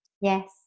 Yes